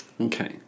Okay